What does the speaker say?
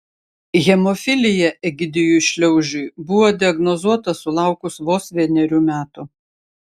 hemofilija egidijui šliaužiui buvo diagnozuota sulaukus vos vienerių metų